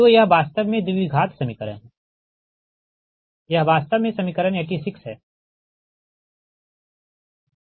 तो यह वास्तव में द्विघात समीकरण है यह वास्तव में समीकरण 86 है